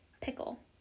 Pickle